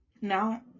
now